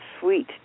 sweet